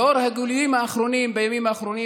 לאור הגילויים האחרונים בימים האחרונים,